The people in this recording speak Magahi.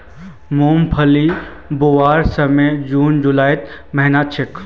मूंगफली बोवार समय जून जुलाईर महिना छे